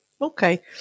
Okay